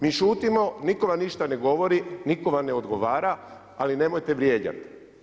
Mi šutimo nitko vam ništa ne govori, nitko vam ne odgovara ali nemojte vrijeđati.